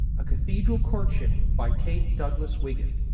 a cathedral courtship by kate douglas wiggin